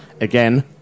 again